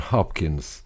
Hopkins